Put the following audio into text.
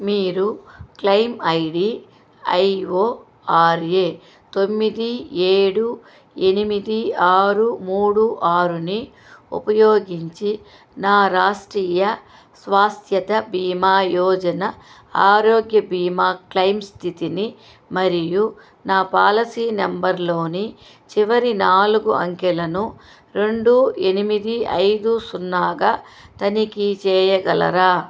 మీరు claim I D I O R A తొమ్మిది ఏడు ఎనిమిది ఆరు మూడు ఆరుని ఉపయోగించి నా రాష్ట్రీయ స్వాస్థ్య భీమా యోజన ఆరోగ్య బీమా క్లెయిమ్ స్థితిని మరియు నా పాలసీ నెంబర్లోని చివరి నాలుగు అంకెలను రెండు ఎనిమిది ఐదు సున్నాగా తనిఖీ చేయగలరా